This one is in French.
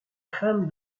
femme